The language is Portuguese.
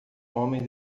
homem